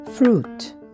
Fruit